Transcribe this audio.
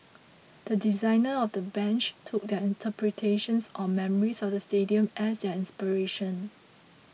the designers of the bench took their interpretations or memories of the stadium as their inspiration